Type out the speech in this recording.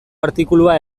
artikulua